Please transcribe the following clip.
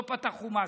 לא פתח חומש,